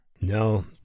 No